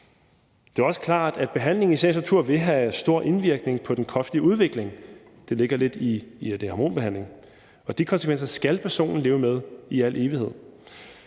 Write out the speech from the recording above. Det er jo også klart, at behandlingen i sagens natur vil have stor indvirkning på den kropslige udvikling – det ligger lidt i, at der er tale om hormonbehandling – og de konsekvenser skal personen leve med i al evighed.